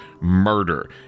murder